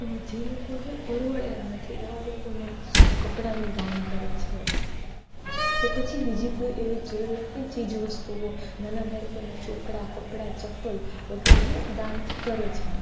જે લોકોથી પરવડે એમ નથી એવાં લોકોને કપડાનું દાન કરે છે કે પછી બીજી કોઈ એવી જરૂરિયાતની ચીજવસ્તુઓ નાના બાળકોને ચોપડા કપડાં ચપ્પલ વગેરેનું દાન કરે છે